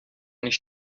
nicht